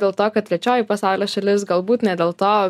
dėl to kad trečioji pasaulio šalis galbūt ne dėl to